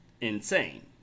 insane